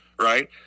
right